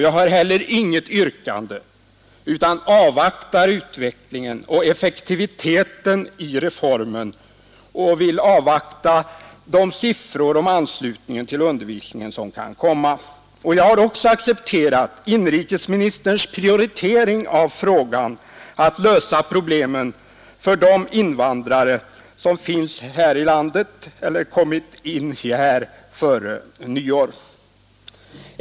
Jag har heller inte något yrkande utan avvaktar utvecklingen och effektiviteten i reformen. Jag vill också avvakta de siffror som kan komma fram om anslutningen till undervisningen. Jag har också accepterat inrikesministerns prioritering när det gäller att lösa problemet för de invandrare som kommit in i landet före nyår.